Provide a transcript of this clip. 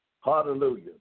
Hallelujah